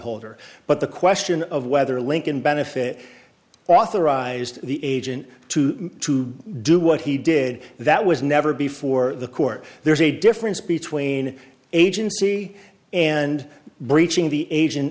policyholder but the question of whether lincoln benefit authorized the agent to do what he did that was never before the court there's a difference between agency and breaching the a